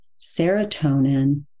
serotonin